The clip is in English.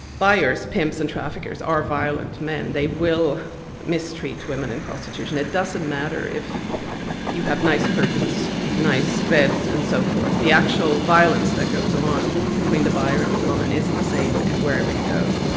buyers, pimps and traffickers are violent men. they will mistreat women in prostitution, it doesn't matter if you have nice curtains, nice beds and so forth, the actual violence that goes on between the buyer and the woman is the same wherever you go.